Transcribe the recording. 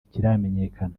ntikiramenyekana